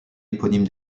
éponyme